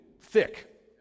thick